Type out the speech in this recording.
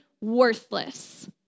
worthless